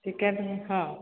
ticket ହଁ